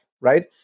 right